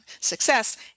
Success